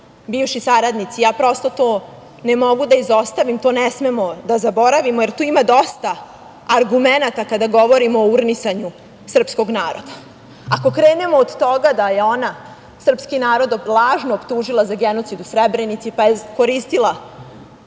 bivši saradnici. Ja prosto to ne mogu da izostavim, to ne smemo da zaboravimo, jer tu ima dosta argumenata kada govorimo o urnisanju srpskog naroda. Ako krenemo od toga da je ona srpski narod lažno optužila za genocid u Srebrenici, pa je koristila